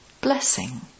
Blessing